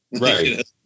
Right